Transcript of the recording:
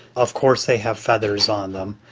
of course they have feathers on them,